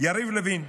יריב לוין.